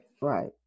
Right